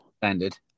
Standard